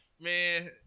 Man